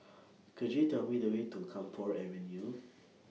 Could YOU Tell Me The Way to Camphor Avenue